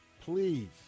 please